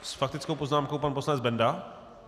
S faktickou poznámkou pan poslanec Benda.